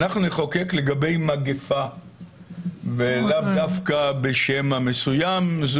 אנחנו נחוקק לגבי מגיפה ולאו דווקא בשם מסוים.